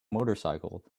motorcycle